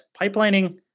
pipelining